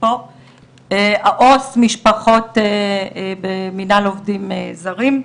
עו"ס משפחות במינהל עובדים זרים,